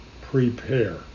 prepare